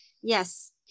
yes